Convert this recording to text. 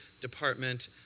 Department